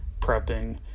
prepping